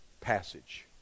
passage